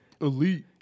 elite